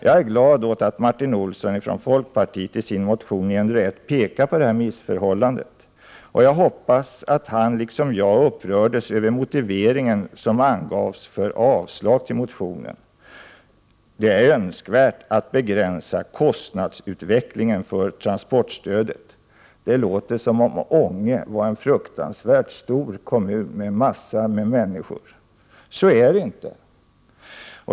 Jag är glad åt att Martin Olsson från centerpartiet i sin motion T901 pekat på detta missförhållande, och jag hoppas att han liksom jag upprörs över den motivering som angivits för avslag på motionen, nämligen att det är önskvärt ”att begränsa kostnadsutvecklingen för transportstödet”. Det låter som om Ånge var en fruktansvärt stor kommun med massor av människor. Så är det inte.